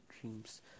dreams